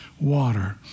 water